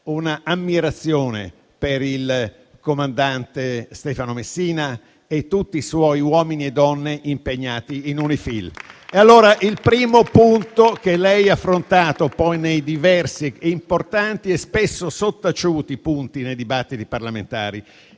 un'ammirazione per il comandante Stefano Messina e per tutti i suoi uomini e donne impegnati in UNIFIL. Il primo punto che lei ha affrontato, tra i diversi, importanti e spesso sottaciuti punti nei dibattiti parlamentari,